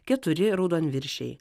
keturi raudonviršiai